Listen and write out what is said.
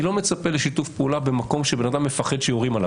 אני לא מצפה לשיתוף פעולה במקום בו בן אדם מפחד כי יורים עליו.